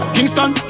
Kingston